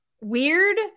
weird